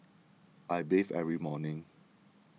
I bathe every morning